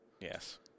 Yes